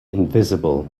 invisible